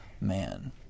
man